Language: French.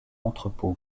entrepôt